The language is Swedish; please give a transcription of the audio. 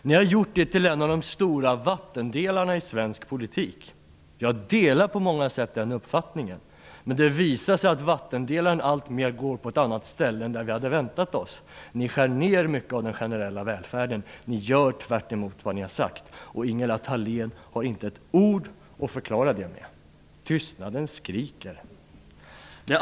Ni har gjort frågan till en av de stora vattendelarna i svensk politik. Det är en uppfattning som jag på många sätt delar. Men det visar sig att vattendelaren alltmer går på ett annat ställe än vad vi hade väntat oss. Ni skär ner mycket av den generella välfärden. Ni gör tvärtemot vad ni har sagt. Ingela Thalén har inte ett ord att förklara detta med. Tystnaden skriker.